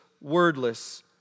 wordless